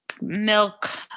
milk